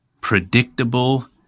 predictable –